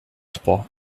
trois